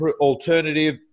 alternative